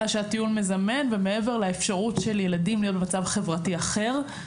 שהטיול מזמן ומעבר לאפשרות של ילדים להיות במצב חברתי אחר.